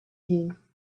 heen